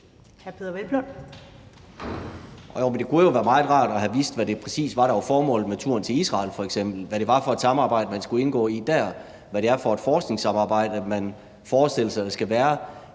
Det kunne jo have været meget rart at have vidst, hvad det præcis var, der var formålet med turen til Israel f.eks., hvad det var for et samarbejde, man skulle indgå i der, og hvad det er for et forskningssamarbejde, man forestiller sig der skal være.